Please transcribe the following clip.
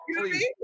please